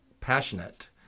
passionate